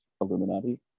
Illuminati